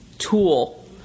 tool